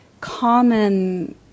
common